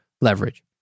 leverage